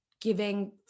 giving